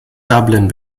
dublin